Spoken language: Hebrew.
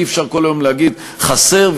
אי-אפשר כל היום להגיד: חסר,